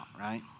right